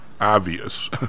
obvious